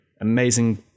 amazing